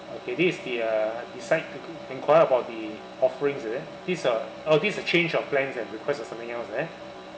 okay this is the uh decide to inquire about the offerings is it this uh oh this is the change of plans and request for something else eh